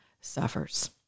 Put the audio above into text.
suffers